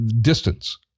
distance